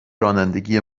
رانندگی